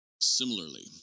Similarly